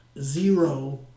Zero